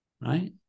right